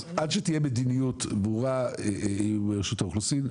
אז עד שתהיה מדיניות ברורה עם רשות האוכלוסין,